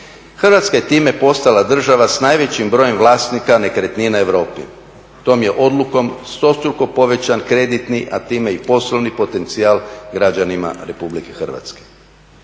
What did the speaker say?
Hrvatska je time postala država s najvećim brojem vlasnika nekretnina u Europi. Tom je odlukom stostruko povećan kreditni, a time i poslovni potencijal građanima Republike Hrvatske.